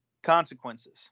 consequences